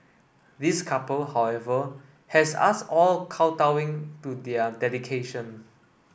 this couple however has us all kowtowing to their dedication